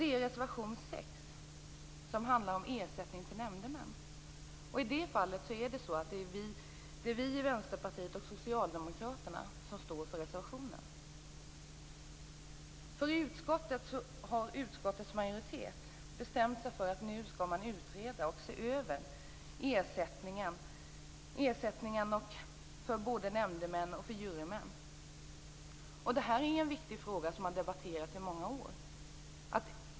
De övriga reservationerna kommer senare talare från Vänsterpartiet att ta upp. Det är Vänsterpartiet och Socialdemokraterna som står för den här reservationen. Utskottets majoritet har bestämt sig för att man nu skall utreda och se över ersättningen till nämndemän och jurymän. Det här är en viktig fråga som har debatterats i många år.